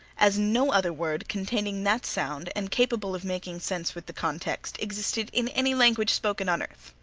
as no other word containing that sound, and capable of making sense with the context, existed in any language spoken on earth.